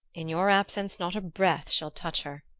in your absence not a breath shall touch her!